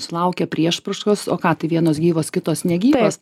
sulaukia priešpriešos o ką tai vienos gyvos kitos negyvos